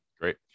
great